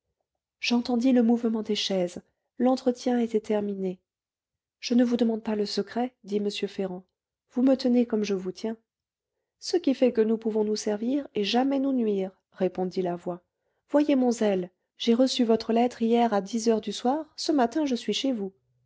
j'entendis le mouvement des chaises l'entretien était terminé je ne vous demande pas le secret dit m ferrand vous me tenez comme je vous tiens ce qui fait que nous pouvons nous servir et jamais nous nuire répondit la voix voyez mon zèle j'ai reçu votre lettre hier à dix heures du soir ce matin je suis chez vous